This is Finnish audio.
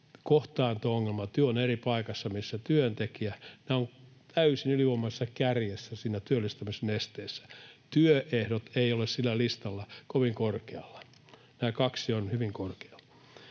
kohtaanto-ongelma — se, että työ on eri paikassa, missä työntekijä — ovat täysin ylivoimaisessa kärjessä työllistämisen esteissä. Työehdot eivät ole sillä listalla kovin korkealla. Nämä kaksi ovat hyvin korkealla.